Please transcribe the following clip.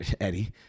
Eddie